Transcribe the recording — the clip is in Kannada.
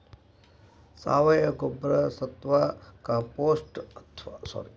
ಸಾವಯವ ಗೊಬ್ಬರ ಅತ್ವಾ ಕಾಂಪೋಸ್ಟ್ ನ್ನ ಮಣ್ಣಿಗೆ ಹಾಕೋದ್ರಿಂದ ಮಣ್ಣಿನ ಫಲವತ್ತತೆ ಜೊತೆಗೆ ಪೋಷಕಾಂಶಗಳನ್ನ ಹೆಚ್ಚ ಮಾಡಬೋದು